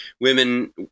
women